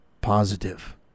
positive